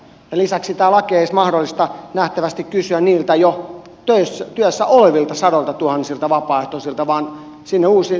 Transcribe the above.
lisäksi tämä laki ei nähtävästi edes mahdollista kysyä niiltä jo työssä olevilta sadoiltatuhansilta vapaaehtoisilta vaan sinne uusina tulevilta työntekijöiltä